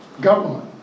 government